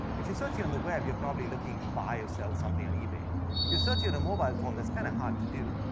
if your searching on the web, you're probably looking to buy or sell something on ebay. if you're searching on a mobile phone, that's kind of hard to do.